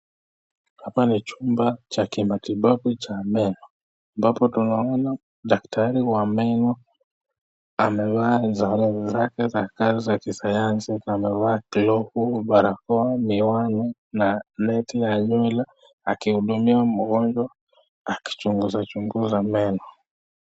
Hapa ni chumba cha kimatibabu cha meno. Hapa tunaona daktari wa meno amevaa sare zake za kazi za kisayansi na amevaa glovu barakoa miwani na neti ya nywele akihudumia mgonjwa akichunguza chunguza meno.